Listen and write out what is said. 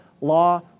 law